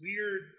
weird